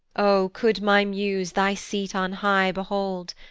o could my muse thy seat on high behold,